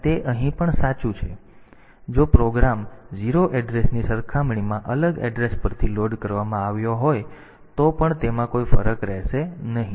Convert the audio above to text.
તેથી જો પ્રોગ્રામ 0 એડ્રેસની સરખામણીમાં અલગ એડ્રેસ પરથી લોડ કરવામાં આવ્યો હોય તો પણ તેમાં કોઈ ફરક રહેશે નહીં